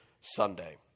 Sunday